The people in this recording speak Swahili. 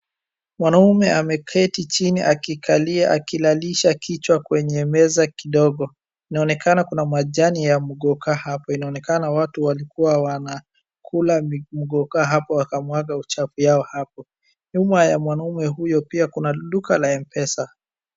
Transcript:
Mwanaume ameketi chini akikalia, akilalisha kichwa kwenye meza kidogo. Inaonekana kuna majani ya mogoka hapo. Inaonekana watu walikuwa wanakula mogoka hapo na wakamwaga uchafu yao hapo. Nyuma ya mwanaume huyo pia kuna duka la M-pesa.